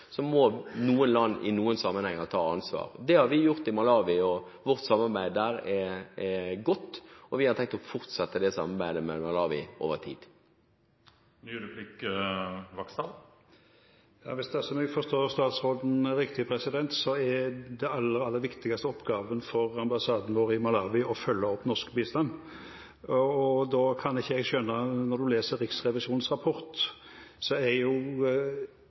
i noen sammenhenger må ta ansvar. Det har vi gjort i Malawi, og vårt samarbeid der er godt. Vi har tenkt å fortsette samarbeidet med Malawi over tid. Dersom jeg forstår statsråden riktig, er den aller viktigste oppgaven for ambassaden vår i Malawi å følge opp norsk bistand. Når en leser Riksrevisjonens rapport, er det masse penger som det ikke er gjort rede for, og som ikke er fulgt opp av ambassaden på en tilfredsstillende måte. Hvis dette er